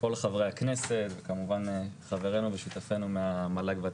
כל חברי הכנסת וכמובן חברינו ושותפינו מהמל"ג/ות"ת.